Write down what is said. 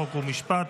חוק ומשפט